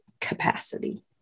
capacity